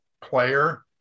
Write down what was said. player